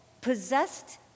possessed